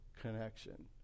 connection